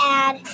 add